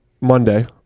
Monday